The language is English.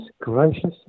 gracious